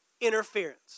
interference